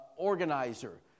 Organizer